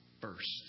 first